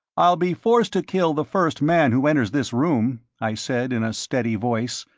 i'll be forced to kill the first man who enters this room, i said in a steady voice.